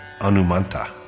Anumanta